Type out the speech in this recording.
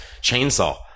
Chainsaw